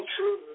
True